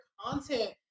content